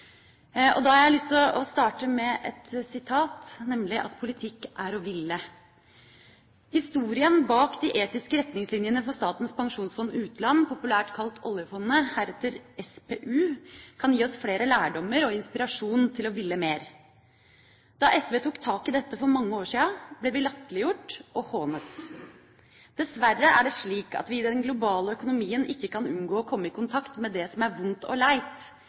Da har jeg lyst til å starte med et sitat, nemlig at «politikk er å ville». Historien bak de etiske retningslinjene for Statens pensjonsfond utland, populært kalt oljefondet, heretter SPU, kan gi oss flere lærdommer og inspirasjon til å ville mer. Da SV tok tak i dette for mange år siden, ble vi latterliggjort og hånet. «Dessverre er det slik at vi i den globale økonomien ikke kan unngå å komme i kontakt med det som er vondt og leit»,